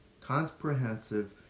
comprehensive